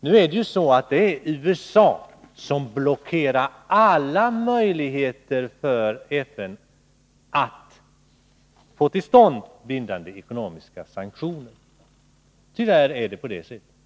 Nu blockerar USA alla möjligheter för FN att få till stånd bindande ekonomiska sanktioner. Tyvärr är det på det sättet.